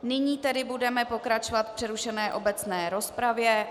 Nyní tedy budeme pokračovat v přerušené obecné rozpravě.